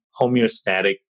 homeostatic